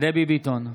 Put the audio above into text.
דבי ביטון,